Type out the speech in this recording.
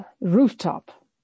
Rooftop